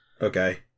Okay